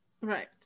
Right